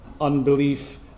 unbelief